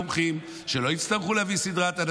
שלא יצטרכו להביא סדרת מומחים,